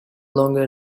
longer